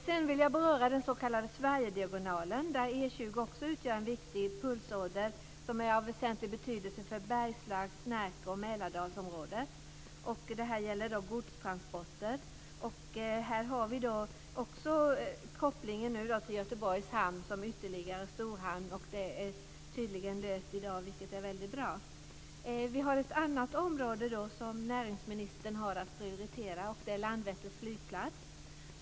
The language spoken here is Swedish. Sedan vill jag beröra den s.k. Sverigediagonalen där E 20 också utgör en viktig pulsåder som är av väsentlig betydelse för Bergslags-, Närke och Mälardalsområdet. Detta gäller godstransporter. Här har vi också kopplingen till Göteborgs hamn som ytterligare storhamn. Det är tydligen löst i dag, vilket är väldigt bra. Vi har ett annat området som näringsministern har att prioritera, och det är Landvetters flygplats.